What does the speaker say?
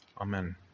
Amen